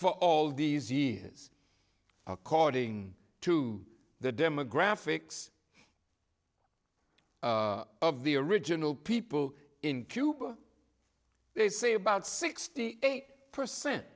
for all these years according to the demographics of the original people in cuba say about sixty eight percent